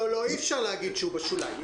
לא, אי-אפשר להגיד שהוא בשוליים.